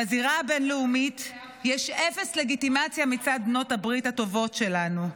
בזירה הבין-לאומית יש אפס לגיטימציה מצד בעלות הברית הטובות שלנו,